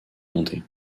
monter